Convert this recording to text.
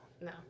No